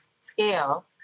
scale